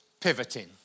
pivoting